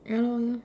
ya lor